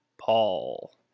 Paul